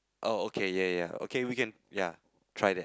oh okay yeah yeah okay we can yeah try that